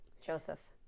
joseph